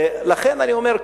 לכן אני אומר,